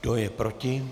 Kdo je proti?